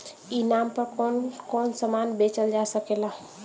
ई नाम पर कौन कौन समान बेचल जा सकेला?